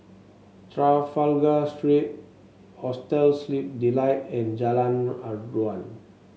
Trafalgar Street Hostel Sleep Delight and Jalan Aruan